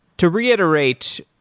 to reiterate,